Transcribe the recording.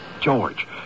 George